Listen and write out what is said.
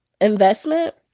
investment